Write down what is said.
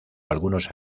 algunos